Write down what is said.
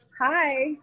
hi